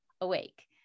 awake